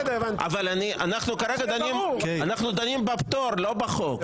אבל כרגע אנחנו דנים בפטור, לא בחוק.